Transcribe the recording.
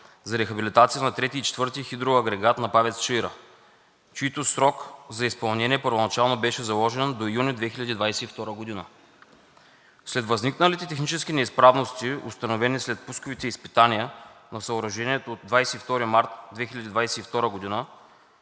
за рехабилитация на III и IV хидроагрегат на ПАВЕЦ „Чаира“, чийто срок за изпълнение първоначално беше заложен до юни 2022 г. След възникналите технически неизправности, установени след пусковите изпитания на съоръжението от 22 март 2022 г.,